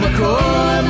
McCoy